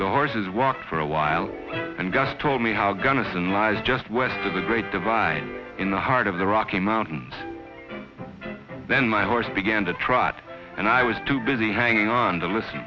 the horses walked for a while and gus told me how gunnison lies just west of the great divide in the heart of the rocky mountain then my horse began to trot and i was too busy hanging on to listen